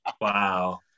Wow